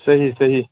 صحیح صحیح